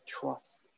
trust